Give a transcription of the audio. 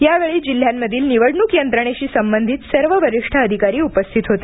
यावेळी या जिल्ह्यांमधील निवडणूक यंत्रणेशी संबंधित सर्व वरिष्ठ अधिकारी उपस्थित होते